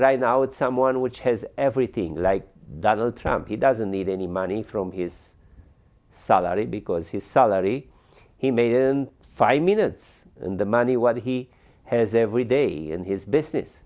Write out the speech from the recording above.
right now it's someone which has everything like that all trump he doesn't need any money from his salary because his salary he made in five minutes and the money what he has every day in his business